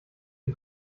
den